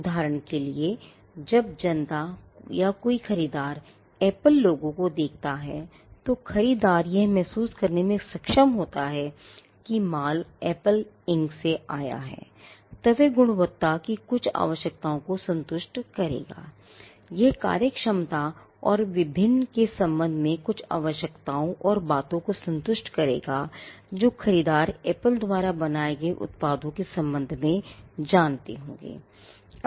उदाहरण के लिए जब जनता या कोई ख़रीददार Apple logoको देखता है तो ख़रीददार यह महसूस करने में सक्षम होता है कि माल Apple Inc से आया है तब वह गुणवत्ता की कुछ आवश्यकताओं को संतुष्ट करेगा यह कार्यक्षमता और विभिन्न के संबंध में कुछ आवश्यकताओं और बातों को संतुष्ट करेगा जो ख़रीददार Apple द्वारा बनाए गए उत्पादों के संबंध में जानते होंगे